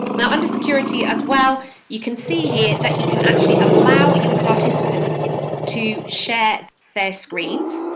now under security as well you can see here that you can actually allow your participants to share their screens,